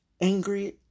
angry